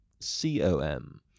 C-O-M